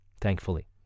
thankfully